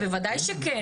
בוודאי שכן.